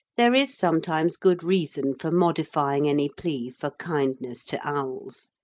there is sometimes good reason for modifying any plea for kindness to owls.